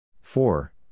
four